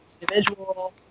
individual